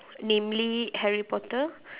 namely harry-potter